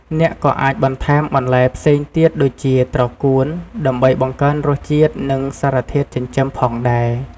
អ្នកក៏អាចបន្ថែមបន្លែផ្សេងទៀតដូចជា ត្រកួន ដើម្បីបង្កើនរសជាតិ និងសារធាតុចិញ្ចឹមផងដែរ។